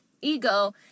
ego